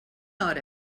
hora